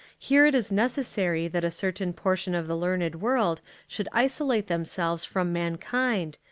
here it is necessary that a certain portion of the learned world should isolate themselves from mankind,